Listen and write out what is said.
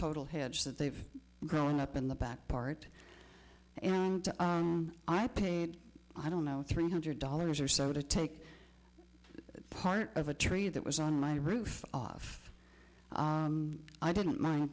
total hedge that they've grown up in the back part and i paid i don't know three hundred dollars or so to take part of a tree that was on my roof off i didn't mind